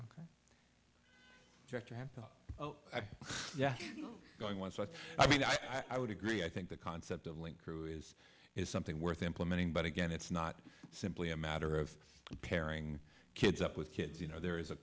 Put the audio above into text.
thought oh yeah going once but i mean i would agree i think the concept of linked through is is something worth implementing but again it's not simply a matter of comparing kids up with kids you know there is